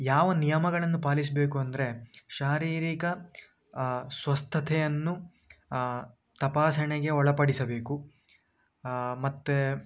ಯಾವ ನಿಯಮಗಳನ್ನು ಪಾಲಿಸಬೇಕು ಅಂದರೆ ಶಾರೀರಿಕ ಸ್ವಸ್ಥಥೆಯನ್ನು ತಪಾಸಣೆಗೆ ಒಳಪಡಿಸಬೇಕು ಮತ್ತು